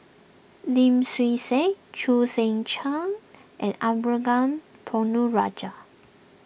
Lim Swee Say Chu Seng Chee and Arumugam Ponnu Rajah